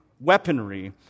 weaponry